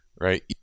right